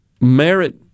merit